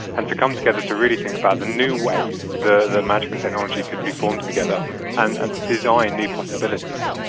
and to come together to really think about the new ways that magic and technology could be formed together and and to design new possibilities.